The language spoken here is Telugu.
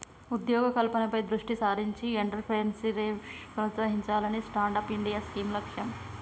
ఉద్యోగ కల్పనపై దృష్టి సారించి ఎంట్రప్రెన్యూర్షిప్ ప్రోత్సహించాలనే స్టాండప్ ఇండియా స్కీమ్ లక్ష్యం